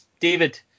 David